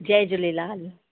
Jay Jhulelal